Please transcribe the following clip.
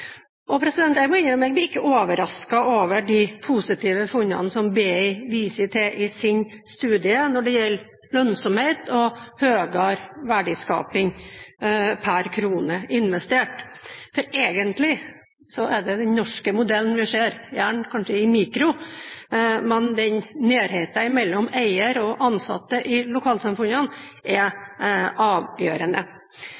Jeg må innrømme at jeg ikke blir overrasket over de positive funnene som BI viser til i sin studie når det gjelder lønnsomhet og høyere verdiskaping per krone investert. For egentlig er det den norske modellen vi ser, kanskje i mikro, men nærheten mellom eier og ansatte i lokalsamfunnene er